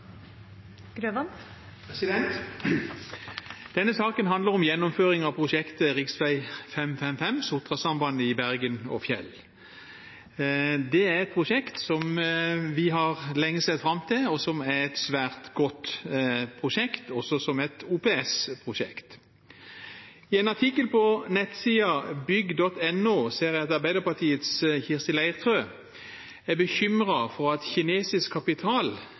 et prosjekt som vi lenge har sett fram til, og som er et svært godt prosjekt, også som et OPS-prosjekt. I en artikkel på nettsiden bygg.no ser jeg at Arbeiderpartiets Kirsti Leirtrø er bekymret for at kinesisk kapital